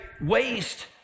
waste